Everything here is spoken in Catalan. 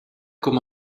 com